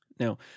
Now